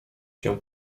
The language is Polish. się